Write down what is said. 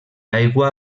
aigua